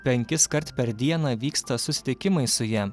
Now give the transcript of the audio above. penkis kart per dieną vyksta susitikimai su ja